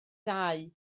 ddau